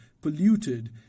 polluted